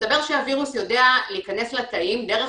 מסתבר שהווירוס יודע להכנס לתאים דרך